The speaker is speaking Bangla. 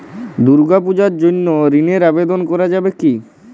দুর্গাপূজার জন্য ঋণের আবেদন করা যাবে কি?